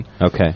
Okay